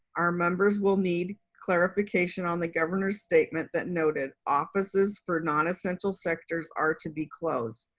our members will need clarification on the governor's statement that noted offices for non-essential sectors are to be closed.